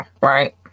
right